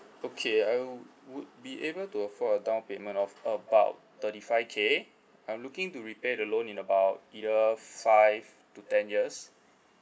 okay I wou~ would be able to afford a down payment of about thirty five K I'm looking to repay the loan in about either five to ten years